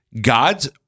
God's